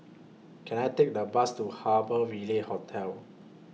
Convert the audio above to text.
Can I Take The Bus to Harbour Ville Hotel